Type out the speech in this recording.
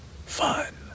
Fun